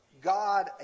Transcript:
God